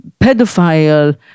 pedophile